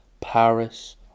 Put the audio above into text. Paris